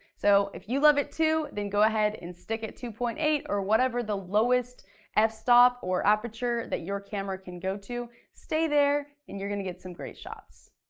so if you love it too, then go ahead and stick at two point eight, or whatever the lowest f stop or aperture that your camera can go to, stay there, and you're gonna get some great shots.